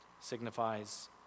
signifies